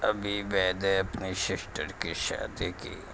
ابھی میں نے اپنی سسٹر کی شادی کی